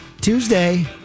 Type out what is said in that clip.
Tuesday